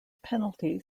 penalty